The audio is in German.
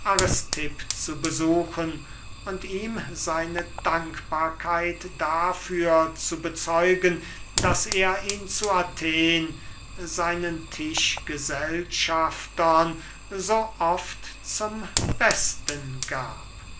zu besuchen und ihm seine dankbarkeit dafür zu bezeugen daß er ihn zu athen seinen tischgesellschaftern so oft zum besten gab